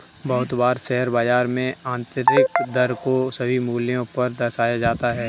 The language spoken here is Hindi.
बहुत बार शेयर बाजार में आन्तरिक दर को सभी मूल्यों पर दर्शाया जाता है